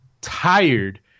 tired